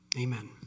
amen